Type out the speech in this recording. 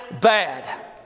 bad